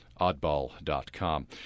oddball.com